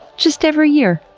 just, every year,